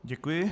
Děkuji.